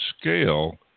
scale